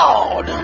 God